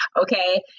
okay